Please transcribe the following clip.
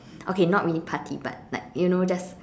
okay not really party but like you know just